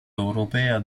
europea